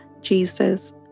Jesus